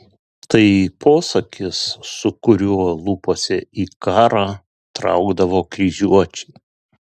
tai posakis su kuriuo lūpose į karą traukdavo kryžiuočiai